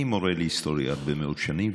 אני מורה להיסטוריה הרבה מאוד שנים,